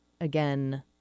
again